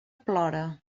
plora